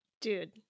Dude